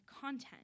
content